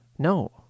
No